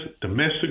domestic